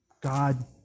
God